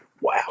wow